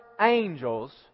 angels